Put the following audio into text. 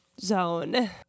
zone